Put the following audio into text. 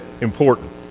important